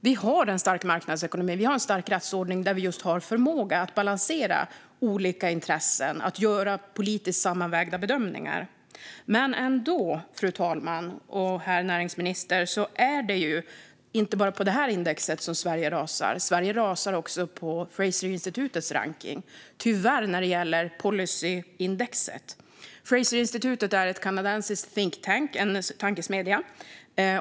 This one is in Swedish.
Vi har en stark marknadsekonomi och en stark rättsordning där vi har förmåga att balansera olika intressen och göra politiskt sammanvägda bedömningar. Men ändå - fru talman och herr näringsminister - är det inte bara på detta index som Sverige rasar. Sverige rasar också tyvärr på Fraser Institutes rankning när det gäller policyindexet. Fraser Institute är en kanadensisk think-tank, en tankesmedja.